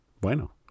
Bueno